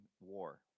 War